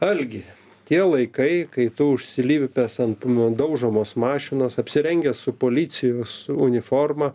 algi tie laikai kai tu užsilipęs ant daužomos mašinos apsirengęs su policijos uniformą